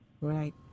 right